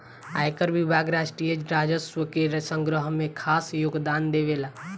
आयकर विभाग राष्ट्रीय राजस्व के संग्रह में खास योगदान देवेला